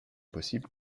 possible